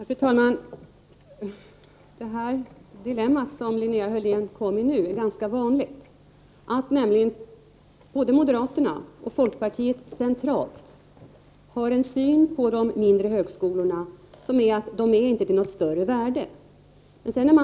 Fru talman! Det dilemma som Linnea Hörlén nu ger uttryck för är ganska vanligt. Både moderaterna och folkpartiet centralt anser att de mindre högskolorna inte har något större värde.